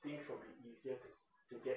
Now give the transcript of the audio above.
things will be easier to to get